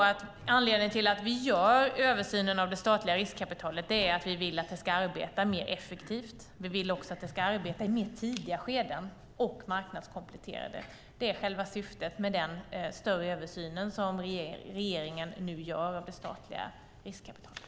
Anledningen till att vi gör översynen av det statliga riskkapitalet är att vi vill att det ska arbeta mer effektivt. Vi vill också att det ska arbeta i tidigare skeden och marknadskomplettera. Det är själva syftet med den större översyn som regeringen nu gör av det statliga riskkapitalet.